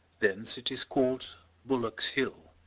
thence it is called bullock's hill.